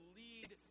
lead